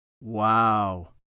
Wow